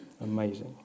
Amazing